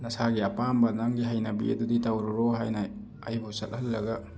ꯅꯁꯥꯒꯤ ꯑꯄꯥꯝꯕ ꯅꯪꯒꯤ ꯍꯩꯅꯕꯤ ꯑꯗꯨꯗꯤ ꯇꯧꯔꯨꯔꯣ ꯍꯥꯏꯅ ꯑꯩꯕꯨ ꯆꯠꯍꯜꯂꯒ